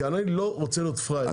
כי אני לא רוצה להיות פראייר.